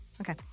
Okay